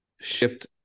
shift